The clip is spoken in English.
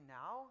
now